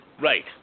Right